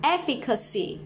Efficacy